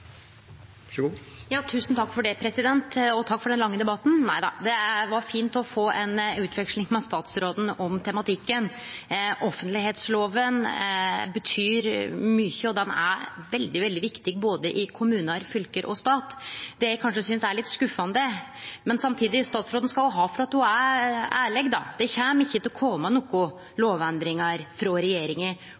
Takk for den lange debatten. Nei då, det var fint å få ei utveksling med statsråden om tematikken. Offentleglova betyr mykje og er veldig viktig i både kommunar, fylke og stat. Det eg kanskje synest er litt skuffande, er at – men statsråden skal ha for at ho er ærleg – det ikkje kjem til å kome nokon lovendringar frå regjeringa